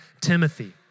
Timothy